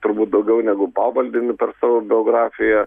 turbūt daugiau negu pavaldiniu per savo biografiją